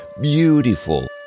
Beautiful